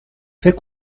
فکر